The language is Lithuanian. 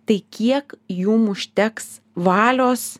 tai kiek jum užteks valios